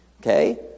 okay